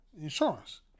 insurance